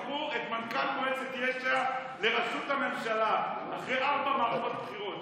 מרצ בחרו את מנכ"ל מועצת יש"ע לראשות הממשלה אחרי ארבע מערכות בחירות.